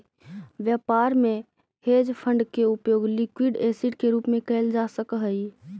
व्यापार में hedge fund के उपयोग लिक्विड एसिड के रूप में कैल जा सक हई